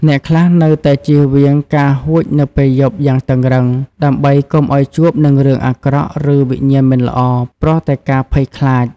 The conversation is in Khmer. អ្នកខ្លះនៅតែជៀសវាងការហួចនៅពេលយប់យ៉ាងតឹងរ៉ឹងដើម្បីកុំឲ្យជួបនឹងរឿងអាក្រក់ ឬវិញ្ញាណមិនល្អ ព្រោះតែការភ័យខ្លាច។